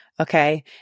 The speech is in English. Okay